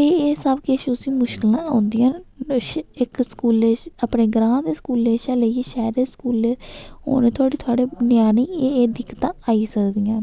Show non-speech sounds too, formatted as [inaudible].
एह् एह् सब किश उसी मुश्कलां औंदिया न [unintelligible] इक स्कूलै च अपने ग्रांऽ दे स्कूलै शा लेइयै शैह्रे स्कूलै होने थुआढ़े थुआढ़े न्याने गी एह् एह् दिक्कतां आई सकदियां